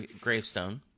gravestone